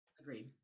agreed